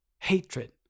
hatred